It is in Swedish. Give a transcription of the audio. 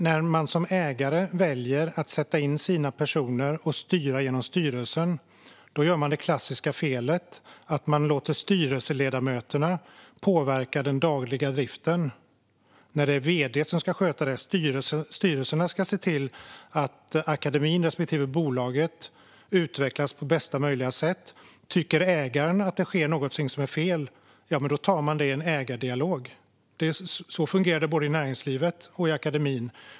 När man som ägare väljer att sätta in sina personer i styrelsen och styra genom styrelsen gör man det klassiska felet att låta styrelseledamöterna påverka den dagliga driften när det är vd som ska sköta den saken. Styrelserna ska se till att akademin respektive bolagen utvecklas på bästa möjliga sätt. Om ägaren tycker att det sker något som är fel får man ta det i en ägardialog. Så fungerar det i både näringslivet och akademin.